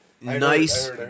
nice